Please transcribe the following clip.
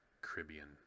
Caribbean